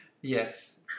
Yes